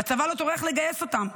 והצבא לא טורח לגייס אותם.